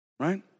Right